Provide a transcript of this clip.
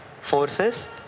forces